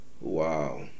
Wow